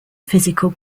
physical